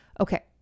Okay